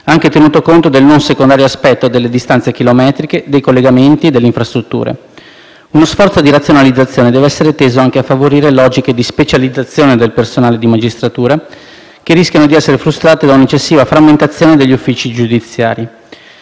anche tenuto conto del non secondario aspetto delle distanze chilometriche, dei collegamenti e delle infrastrutture. Uno sforzo di razionalizzazione deve essere teso anche a favorire logiche di specializzazione del personale di magistratura che rischiano di essere frustrate da un'eccessiva frammentazione degli uffici giudiziari.